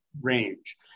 range